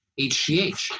HGH